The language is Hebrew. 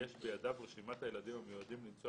שיש בידיו רשימת הילדים המיועדים לנסוע